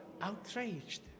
outraged